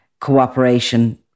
cooperation